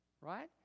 right